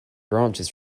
branches